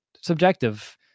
subjective